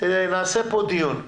נעשה פה דיון ראשוני.